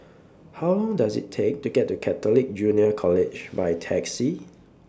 How Long Does IT Take to get to Catholic Junior College By Taxi